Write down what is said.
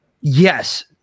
yes